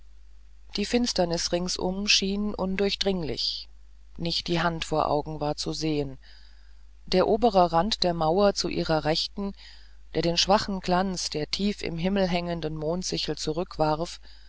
die finsternis ringsum schien undurchdringlich nicht die hand vor augen war zu sehen der obere rand der mauer zu ihrer rechten der den schwachen glanz der tief am himmel hängenden mondsichel zurückwarf